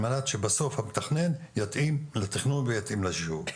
על מנת שבסוף המתכנן יתאים לתכנון ויתאים לאישור,